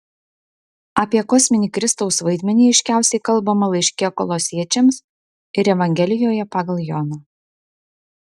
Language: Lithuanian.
apie kosminį kristaus vaidmenį aiškiausiai kalbama laiške kolosiečiams ir evangelijoje pagal joną